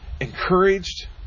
encouraged